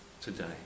today